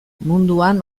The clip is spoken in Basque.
munduan